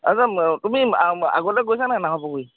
আচ্ছা তুমি আগতে গৈছা নাই নাহৰ পুখুৰীত